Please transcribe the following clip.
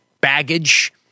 baggage